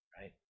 Right